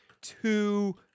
two